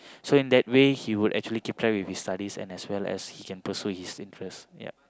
so in that way he would be actually keep track with his studies and as well as he can pursue his interest ya